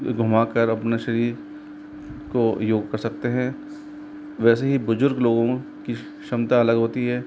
घूमा कर अपने शरीर को योग कर सकते हैं वैसे ही बुजुर्ग लोगों की क्षमता अलग होती है